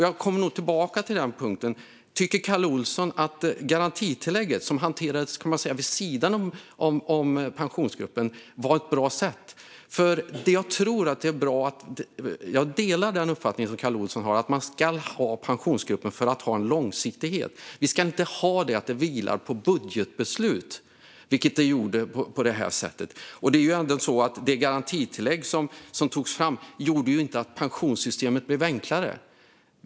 Jag kommer tillbaka till garantitillägget, som man kan säga hanterades vid sidan om Pensionsgruppen. Tycker Kalle Olsson att det var ett bra sätt? Jag delar den uppfattning som Kalle Olsson har att man ska ha Pensionsgruppen för att ha långsiktighet. Vi ska inte ha det så att det vilar på budgetbeslut, vilket det gjorde på det här sättet. Och det garantitillägg som togs fram gjorde inte att pensionssystemet blev enklare.